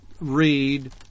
read